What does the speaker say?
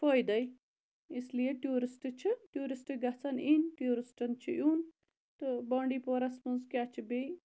فٲیدے اِسلیے ٹورِسٹہٕ چھِ ٹوٗرِسٹہٕ گَژھَن یِنۍ ٹوٗرِسٹَن چھُ یُن تہٕ بانڈی پورَس مَنٛز کیاہ چھُ بیٚیہِ